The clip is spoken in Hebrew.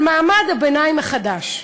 על מעמד הביניים החדש,